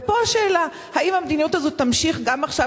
ופה השאלה: האם המדיניות הזאת תימשך גם עכשיו,